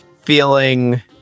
feeling